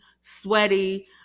sweaty